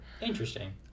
Interesting